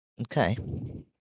Okay